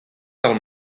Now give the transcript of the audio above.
del